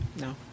No